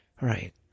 Right